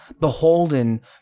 beholden